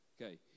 Okay